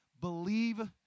Believe